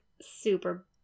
super